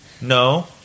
No